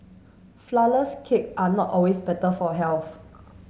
flourless cake are not always better for health